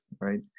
right